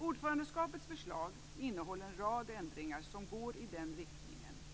Ordförandeskapets förslag innehåller en rad ändringar som går i den riktningen.